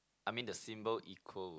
I mean the symbol equal